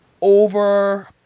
over